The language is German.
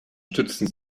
stützen